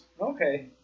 Okay